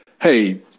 hey